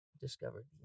discovered